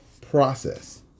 process